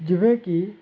ਜਿਵੇਂ ਕਿ